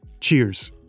Cheers